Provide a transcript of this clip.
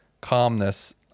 calmness